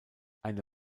eine